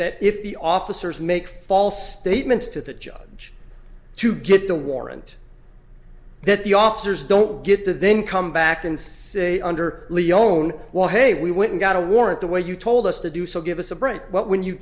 that if the officers make false statements to the judge to get the warrant that the officers don't get to then come back and say under leone well hey we went and got a warrant the way you told us to do so give us a break but when you